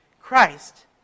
Christ